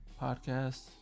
podcasts